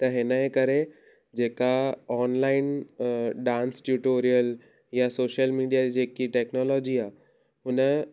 त हिनजे करे जेका ऑनलाइन अ डांस ट्यूटोरियल या सोशल मीडिया जेकी टेक्नॉलोजी आहे उन